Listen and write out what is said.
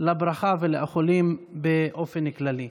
לברכה ולאיחולים באופן כללי.